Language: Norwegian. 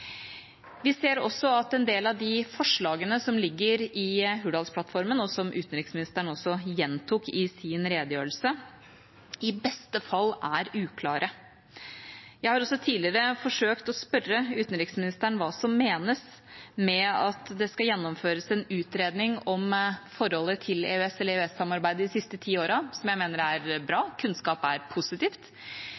Vi ser også at en del av de forslagene som ligger i Hurdalsplattformen, og som utenriksministeren også gjentok i sin redegjørelse, i beste fall er uklare. Jeg har også tidligere forsøkt å spørre utenriksministeren hva som menes med at det skal gjennomføres en utredning om erfaringene fra EØS-samarbeidet de siste ti årene – noe jeg mener er bra;